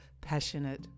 passionate